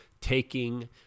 taking